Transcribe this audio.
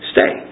Stay